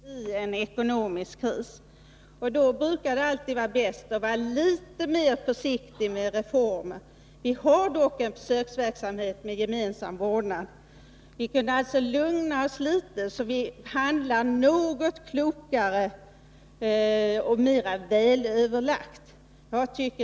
Herr talman! Det svenska samhället är faktiskt i en ekonomisk kris, och då brukar det alltid vara bäst att vara försiktig med reformer. Det pågår dock en försöksverksamhet med gemensam vårdnad, och vi kunde alltså lugna oss litet, så att vi handlar något klokare och mer välöverlagt.